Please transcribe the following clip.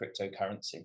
cryptocurrency